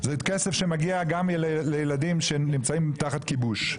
זה כסף שמגיע לילדים שגם נמצאים תחת כיבוש,